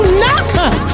knock